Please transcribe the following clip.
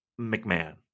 McMahon